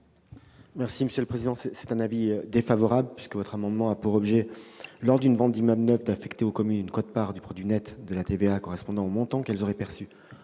Le Gouvernement émet un avis défavorable, puisque cet amendement a pour objet, lors d'une vente d'immeuble neuf, d'affecter aux communes une quote-part du produit net de la TVA correspondant au montant qu'elles auraient perçu